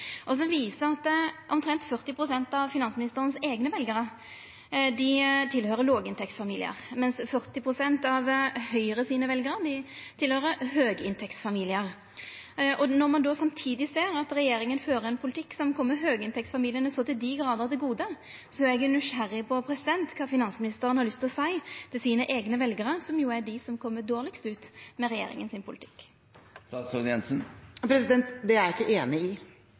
som viser at omtrent 40 pst. av finansministeren sine eigne veljarar høyrer til i låginntektsfamiliar, mens 40 pst. av Høgres veljarar høyrer til i høginntektsfamiliar. Når ein då samtidig ser at regjeringa fører ein politikk som kjem høginntektsfamiliane så til dei grader til gode, er eg nysgjerrig på kva finansministeren har lyst å seia til sine eigne veljarar, som er dei som kjem dårlegast ut med regjeringa sin politikk. Det er jeg ikke enig i. Jeg mener det er